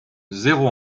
zéro